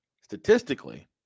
statistically